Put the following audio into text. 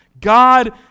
God